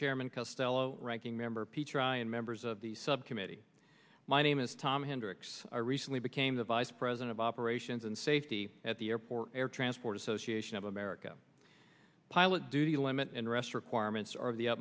chairman costello ranking member p tryon members of the subcommittee my name is tom hendricks recently became the vice president of operations and safety at the airport air transport association of america pilot duty limit and rest requirements are